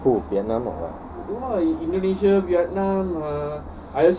who vietnam or what